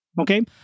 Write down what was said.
Okay